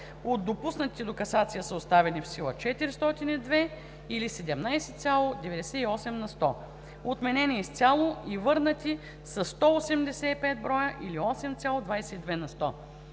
От допуснатите до касация са оставени в сила 402 броя или 17,98 на сто, отменени изцяло и върнати са 185 броя или 8,22 на сто,